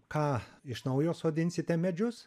ką iš naujo sodinsite medžius